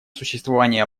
существовании